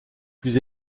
plus